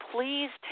Please